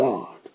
God